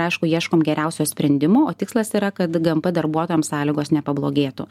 aišku ieškom geriausio sprendimo o tikslas yra kad gmp darbuotojam sąlygos nepablogėtų